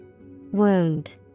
Wound